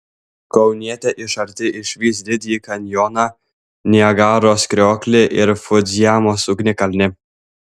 kaunietė iš arti išvys didįjį kanjoną niagaros krioklį ir fudzijamos ugnikalnį